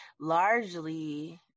largely